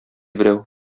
берәү